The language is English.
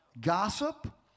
gossip